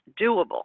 doable